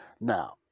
Now